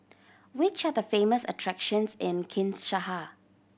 which are the famous attractions in Kinshasa